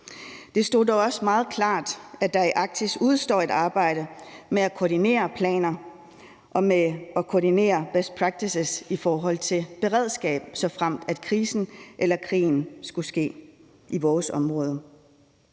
Det stod dog også meget klart, at der i Arktis udestår et arbejde med at koordinere planer og med at koordinere best practices i forhold til beredskab, såfremt krisen eller krigen skulle ske i vores område.